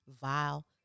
vile